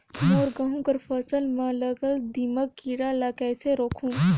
मोर गहूं कर फसल म लगल दीमक कीरा ला कइसन रोकहू?